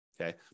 okay